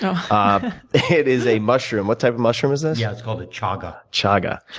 so um it is a mushroom. what type of mushroom is this? yeah, it's called a chaga. chaga.